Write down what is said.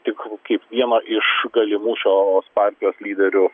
tik kaip vieno iš galimų šios partijos lyderių